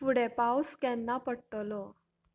फुडें पावस केन्ना पडटलो